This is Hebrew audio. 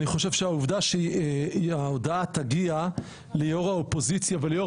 אני חושב שהעובדה שההודעה תגיע ליו"ר האופוזיציה וליו"ר